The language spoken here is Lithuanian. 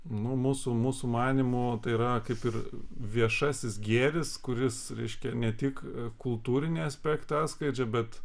nu mūsų mūsų manymu tai yra kaip ir viešasis gėris kuris reiškia ne tik kultūrinį aspektą atskleidžia bet